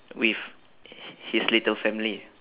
with his little family